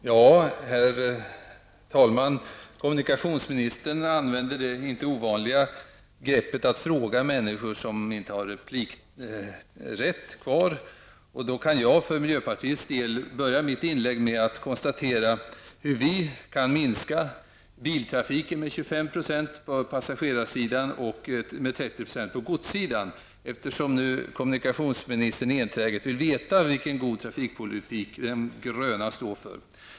Herr talman! Kommunikationsministern använder det inte ovanliga greppet att fråga människor som inte har någon replikrätt. Då kan jag för miljöpartiets del börja mitt inlägg med att konstatera hur vi kan minska biltrafiken med 25 % på passagerarsidan och med 30 % på godssidan, eftersom kommunikationsministern enträget vill veta vilken god trafikpolitik de gröna står för.